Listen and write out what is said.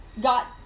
got